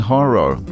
Horror